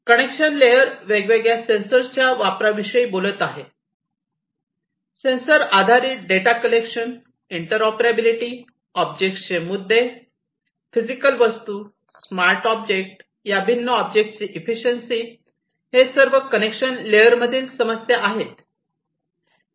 connection layer वेगवेगळ्या सेन्सरच्या वापरा विषयी बोलत आहे सेन्सर आधारित डेटा कलेक्शन इंटरऑपरेबिलिटी ऑब्जेक्ट्सचे मुद्दे फिजिकल वस्तू स्मार्ट ऑब्जेक्ट्स या भिन्न ऑब्जेक्ट्सची इफिशियंशी हे सर्व कनेक्शन लेयरमधील समस्या आहेत